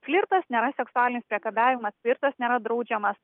flirtas nėra seksualinis priekabiavimas flirtas nėra draudžiamas